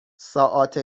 ساعات